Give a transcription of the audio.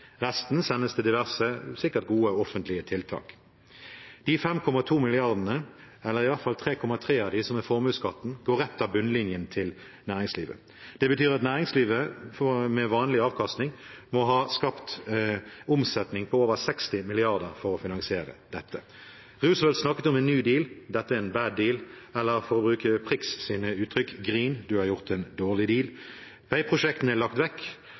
Resten sendes til diverse – sikkert gode – offentlige tiltak. De 5,2 milliardene – eller iallfall 3,3 av dem, som er formuesskatten – går rett av bunnlinjen til næringslivet. Det betyr at næringslivet, med vanlig avkastning, må ha skapt omsetning på over 60 mrd. kr for å finansiere dette. Roosevelt snakket om en «New Deal». Dette er en «bad deal» - eller for å skrive om Prix sitt uttrykk: Grin, du har gjort en dårlig deal. Veiprosjektene er lagt vekk,